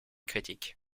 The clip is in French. critiques